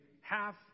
half